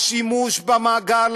השימוש במאגר,